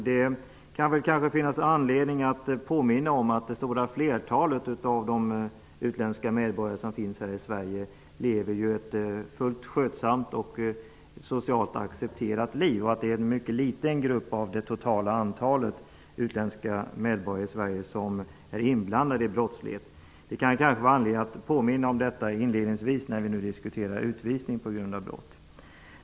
Det kan finnas anledning att påminna om att det stora flertalet av de utländska medborgare som finns i Sverige lever ett fullt skötsamt och social accepterat liv. Det är en mycket liten grupp av det totala antalet utländska medborgare i Sverige som är inblandade i brottslighet. Det kan som sagt finnas anlening att påminna om detta när vi nu diskuterar utvisning på grund av brott.